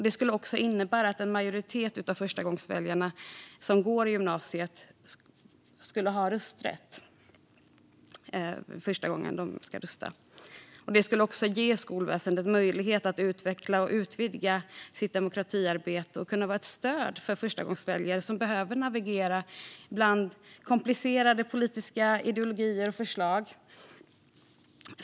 Det skulle också innebära att en majoritet av förstagångsväljarna går i gymnasiet första gången de har rösträtt, vilket skulle ge skolväsendet möjlighet att utveckla och utvidga sitt demokratiarbete och vara ett stöd för förstagångsväljare som behöver navigera bland komplicerade politiska ideologier och förslag.